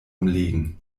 umlegen